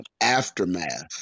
aftermath